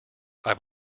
i’ve